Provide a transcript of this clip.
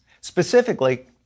Specifically